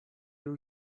you